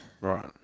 Right